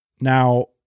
Now